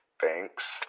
thanks